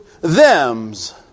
thems